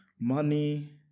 money